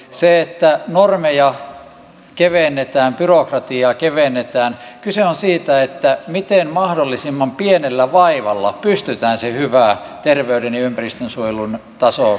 siinä että normeja kevennetään byrokratiaa kevennetään kyse on siitä miten mahdollisimman pienellä vaivalla pystytään se hyvä terveyden ja ympäristönsuojelun taso saavuttamaan